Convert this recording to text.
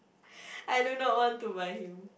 I do not want to buy him